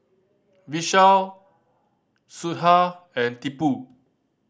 Vishal Sudhir and Tipu